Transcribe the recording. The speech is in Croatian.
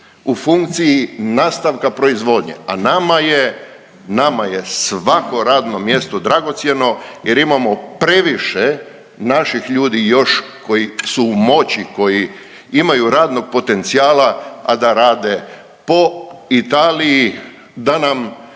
u funkciji nastavka proizvodnje, a nama je, nama je svako radno mjesto dragocjeno jer imamo previše naših ljudi još koji su u moći, koji imaju radnog potencijala, a da rade po Italiji da nam